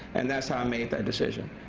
and that is how i made that decision.